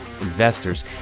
investors